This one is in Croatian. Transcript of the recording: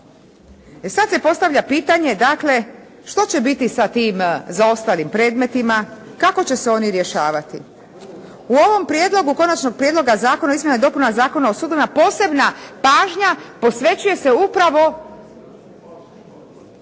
sada se postavlja pitanje dakle što će biti sa tim zaostalim predmetima, kako će se oni rješavati. U ovom prijedlogu Konačnog prijedloga Zakona o izmjenama i dopunama Zakona o sudovima posebna pažnja posvećuje se upravo